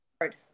hard